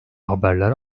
haberler